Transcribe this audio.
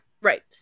right